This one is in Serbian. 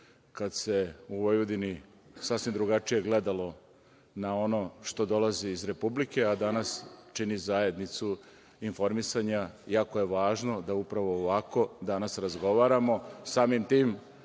kada se u Vojvodini sasvim drugačije gledalo na ono što dolazi iz Republike, a danas čini zajednicu informisanja, jako je važno da upravo ovako danas razgovaramo. Samim tim,